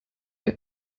der